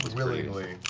willingly.